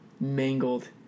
mangled